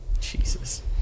Jesus